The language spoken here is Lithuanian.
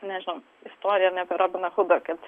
nežinau istoriją ar ne apie robiną hudą kad